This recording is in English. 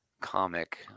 comic